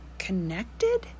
connected